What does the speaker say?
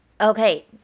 Okay